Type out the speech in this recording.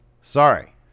Sorry